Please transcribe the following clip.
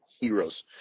heroes